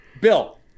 Bill